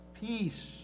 peace